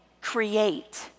create